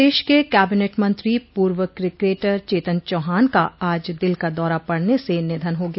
प्रदेश के कैबिनेट मंत्री पूर्व क्रिकेटर चेतन चौहान का आज दिल का दौरा पड़ने से निधन हो गया